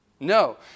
No